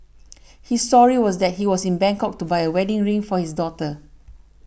his story was that he was in Bangkok to buy a wedding ring for his daughter